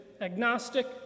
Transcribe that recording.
agnostic